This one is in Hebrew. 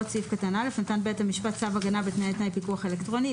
סעיף קטן (א) נתן בית המשפט צו הגנה בתנאי פיקוח טכנולוגי,